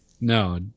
No